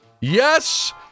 yes